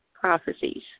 prophecies